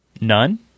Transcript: None